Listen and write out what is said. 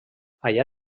allà